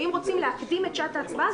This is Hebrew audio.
ואם רוצים להקדים את שעת ההצבעה,